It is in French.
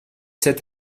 sept